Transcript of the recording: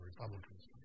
Republicans